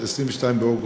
מ-22 באוגוסט,